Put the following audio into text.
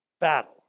battle